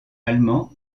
allemand